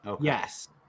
Yes